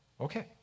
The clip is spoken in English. okay